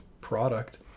product